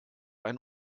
ein